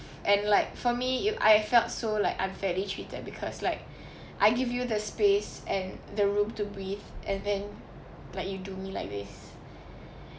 and like for me if I felt so like unfairly treated because like I give you the space and the room to breathe and then like you do me like this